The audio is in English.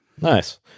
Nice